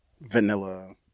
vanilla